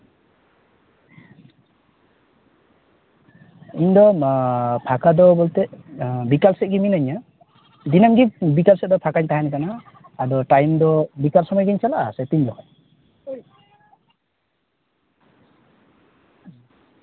ᱤᱧ ᱫᱚ ᱯᱷᱟᱸᱠᱟ ᱫᱚ ᱵᱚᱞᱛᱮ ᱵᱤᱠᱟᱞ ᱥᱮᱫ ᱜᱮ ᱢᱤᱱᱟᱹᱧᱟ ᱫᱤᱱᱟᱹᱢ ᱜᱮ ᱵᱤᱠᱟᱹᱞ ᱥᱮᱫ ᱫᱚ ᱯᱷᱟᱠᱟᱧ ᱛᱟᱦᱮᱱ ᱠᱟᱱᱟ ᱟᱫᱚ ᱴᱟᱭᱤᱢ ᱫᱚ ᱵᱤᱠᱟᱞ ᱥᱚᱢᱚᱭ ᱜᱮᱧ ᱪᱟᱞᱟᱜᱼᱟ ᱥᱮ ᱛᱤᱱ ᱡᱚᱠᱷᱚᱱ